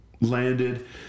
landed